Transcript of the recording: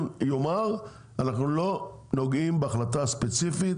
יאמר אנחנו לא נוגעים בהחלטה הספציפית,